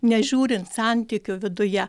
nežiūrint santykių viduje